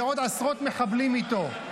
ועוד עשרות מחבלים איתו.